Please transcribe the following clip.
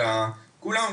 כולם,